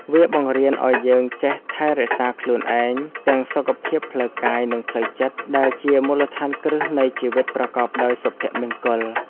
វាបង្រៀនឱ្យយើងចេះថែរក្សាខ្លួនឯង ទាំងសុខភាពផ្លូវកាយនិងផ្លូវចិត្ត ដែលជាមូលដ្ឋានគ្រឹះនៃជីវិតប្រកបដោយសុភមង្គល។